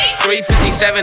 357